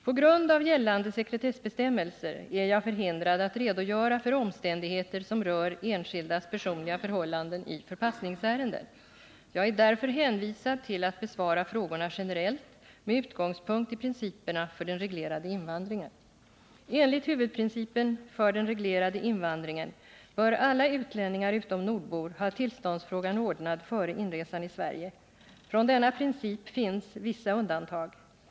På grund av gällande sekretessbestämmelser är jag förhindrad att redogöra för omständigheter som rör enskildas personliga förhållanden i förpassningsärenden. Jag är därför hänvisad till att besvara frågorna generellt med utgångspunkt i principerna för den reglerade invandringen. Enligt huvudprincipen för den reglerade invandringen bör alla utlänningar utom nordbor ha tillståndsfrågan ordnad före inresan i Sverige. Från denna princip finns vissa undantag.